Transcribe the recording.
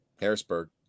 Harrisburg